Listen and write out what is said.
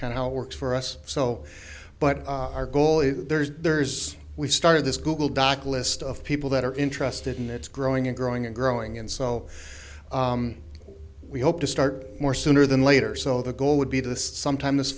kind of how it works for us so but our goal is there's we started this google doc list of people that are interested and it's growing and growing and growing and so we hope to start more sooner than later so the goal would be the sometime this